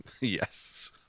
Yes